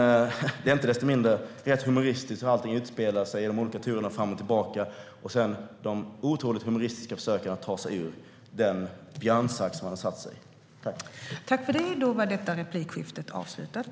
Icke desto mindre är det rätt humoristiskt hur allting har utspelat sig i de olika turerna fram och tillbaka. Försöken att sedan ta sig ur den björnsax som man har satt sig i är otroligt humoristiska.